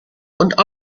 und